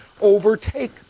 overtake